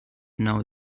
know